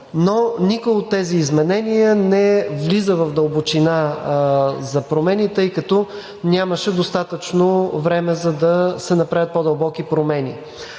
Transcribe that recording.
Но никое от тези изменения не влиза в дълбочината на промените, тъй като нямаше достатъчно време, за да се направят по-дълбоки промени.